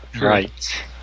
right